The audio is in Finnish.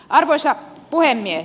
arvoisa puhemies